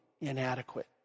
inadequate